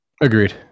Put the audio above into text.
Agreed